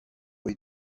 ont